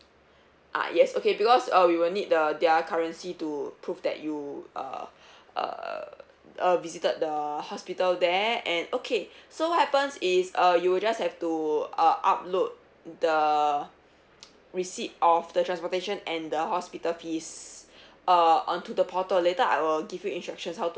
ah yes okay because uh we will need the their currency to prove that you uh uh uh visited the hospital there and okay so what happens is uh you will just have to uh upload the receipt of the transportation and the hospital fees uh onto the portal later I will give you instructions how to